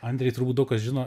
andrej turbūt daug kas žino